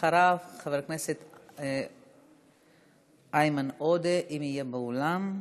אחריו, חבר הכנסת איימן עודה, אם יהיה באולם.